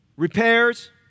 Repairs